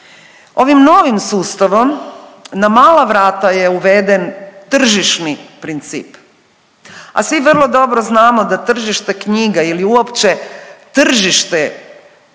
Ovim novim sustavom na mala vrata je uveden tržišni princip, a svi vrlo dobro znamo da tržište knjiga ili uopće tržište kulture